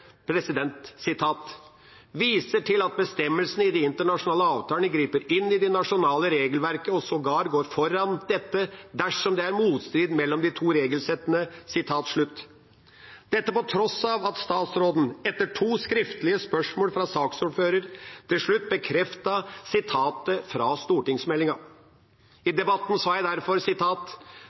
viser til at bestemmelsene i de internasjonale avtalene griper inn i det nasjonale regelverket og sågar går foran dette dersom det er motstrid mellom de to regelsettene.» Dette på tross av at statsråden, etter to skriftlige spørsmål fra saksordføreren, til slutt bekreftet sitatet fra stortingsmeldinga. I debatten sa jeg derfor: